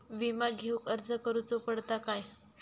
विमा घेउक अर्ज करुचो पडता काय?